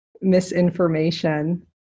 misinformation